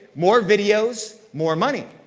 more videos, more money.